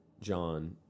John